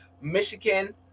michigan